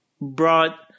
brought